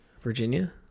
virginia